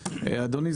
אדוני,